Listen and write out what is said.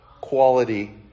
quality